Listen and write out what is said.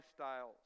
lifestyles